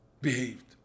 behaved